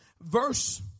verse